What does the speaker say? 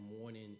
morning